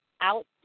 out-